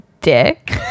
Dick